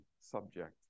subject